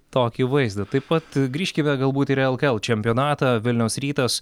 tokį vaizdą taip pat grįžkime galbūt ir į lkl čempionatą vilniaus rytas